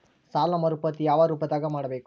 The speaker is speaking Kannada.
ಸಾಲ ಮರುಪಾವತಿ ಯಾವ ರೂಪದಾಗ ಮಾಡಬೇಕು?